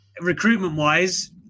recruitment-wise